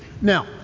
now